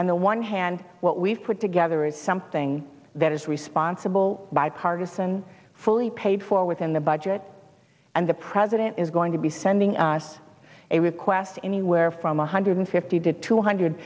on the one hand what we've put together is something that is responsible bipartisan fully paid for within the budget and the president is going to be sending us a request anywhere from one hundred fifty to two hundred